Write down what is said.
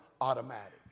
automatic